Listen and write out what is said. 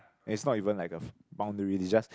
and is not even like a boundary is just